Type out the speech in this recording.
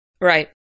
Right